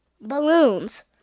balloons